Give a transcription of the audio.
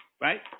Right